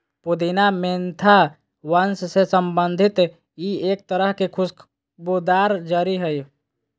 पुदीना मेंथा वंश से संबंधित ई एक तरह के खुशबूदार जड़ी हइ